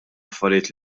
affarijiet